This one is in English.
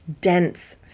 dense